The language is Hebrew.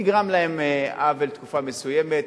נגרם להן עוול תקופה מסוימת,